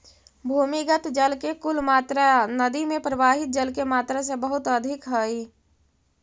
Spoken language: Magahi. भूमिगत जल के कुल मात्रा नदि में प्रवाहित जल के मात्रा से बहुत अधिक हई